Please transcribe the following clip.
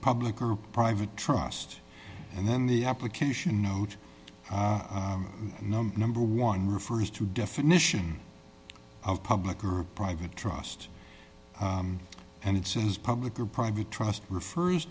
public or private trust and then the application note number number one refers to definition of public or private trust and it says public or private trust refers